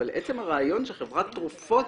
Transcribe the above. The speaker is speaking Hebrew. אבל עצם הרעיון שחברת תרופות